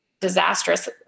disastrous